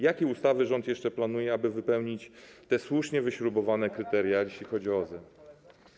Jakie ustawy rząd jeszcze planuje, aby wypełnić te słusznie wyśrubowane kryteria, jeśli chodzi o OZE?